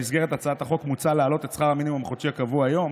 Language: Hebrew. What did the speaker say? במסגרת הצעת החוק מוצע להעלות את שכר המינימום החודשי הקבוע היום